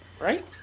right